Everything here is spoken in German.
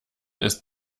ist